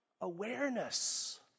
awareness